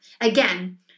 again